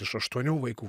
iš aštuonių vaikų